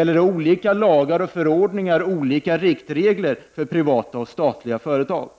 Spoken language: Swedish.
Är det olika lagar och förordningar samt olika riktlinjer för privata resp. statliga företag?